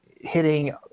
hitting